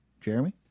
Jeremy